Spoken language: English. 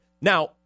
Now